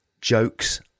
jokes